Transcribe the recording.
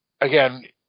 Again